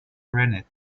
rennet